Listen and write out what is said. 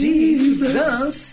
Jesus